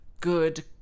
good